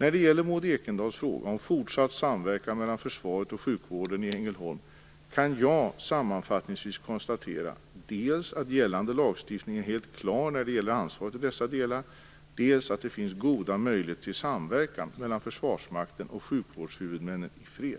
När det gäller Maud Ekendahls fråga om fortsatt samverkan mellan försvaret och sjukvården i Ängelholm kan jag sammanfattningsvis konstatera dels att gällande lagstiftning är helt klar när det gäller ansvaret i dessa delar, dels att det finns goda möjligheter till samverkan mellan Försvarsmakten och sjukvårdshuvudmännen i fred.